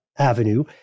Avenue